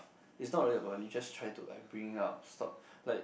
is not really a problem you just try to like bring up stop like